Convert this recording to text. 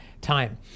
time